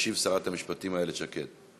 תשיב שרת המשפטים איילת שקד.